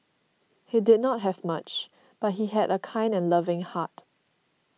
he did not have much but he had a kind and loving heart